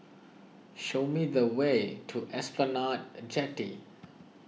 show me the way to Esplanade Jetty